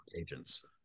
agents